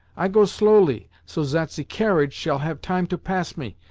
i go slowly, so zat ze carriage shall have time to pass me,